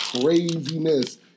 Craziness